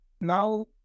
now